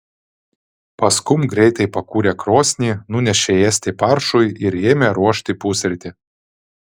paskum greitai pakūrė krosnį nunešė ėsti paršui ir ėmė ruošti pusrytį